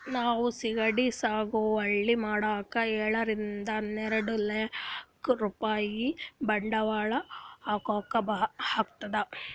ನಾವ್ ಸಿಗಡಿ ಸಾಗುವಳಿ ಮಾಡಕ್ಕ್ ಏಳರಿಂದ ಹನ್ನೆರಡ್ ಲಾಕ್ ರೂಪಾಯ್ ಬಂಡವಾಳ್ ಹಾಕ್ಬೇಕ್ ಆತದ್